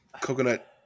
Coconut